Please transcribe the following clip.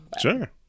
Sure